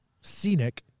scenic